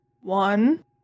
one